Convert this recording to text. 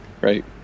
Right